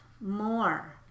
more